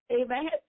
amen